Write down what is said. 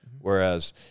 Whereas